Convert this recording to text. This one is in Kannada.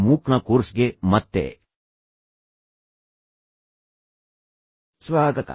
ಮೂಕ್ನ ಕೋರ್ಸ್ಗೆ ಮತ್ತೆ ಸ್ವಾಗತ